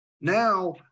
Now